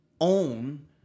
own